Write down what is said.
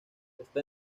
está